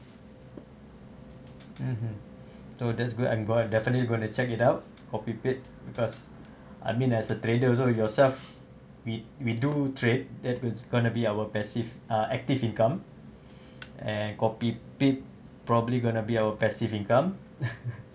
mmhmm so that's good I'm going to definitely going to check it out copypip because I mean as a trader also yourself we we do trade that what's going to be our passive ah active income and probably going to be our passive income